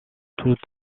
tout